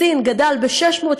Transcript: לסין הוא גדל ב-670%,